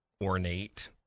ornate